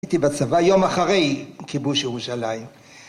הייתי בצבא יום אחרי כיבוש ירושלים